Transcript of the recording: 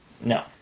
No